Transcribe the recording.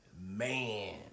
man